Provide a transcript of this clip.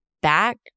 back